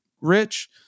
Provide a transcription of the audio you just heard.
rich